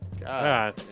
God